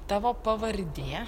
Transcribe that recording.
tavo pavardė